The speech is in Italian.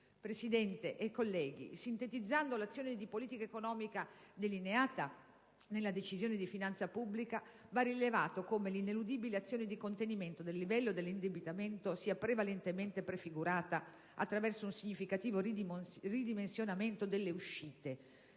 Presidente, colleghi, sintetizzando l'azione di politica economica delineata nella Decisione di finanza pubblica, va rilevato come l'ineludibile azione di contenimento del livello dell'indebitamento sia prevalentemente prefigurata attraverso un significativo ridimensionamento delle uscite